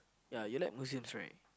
ya you like museums right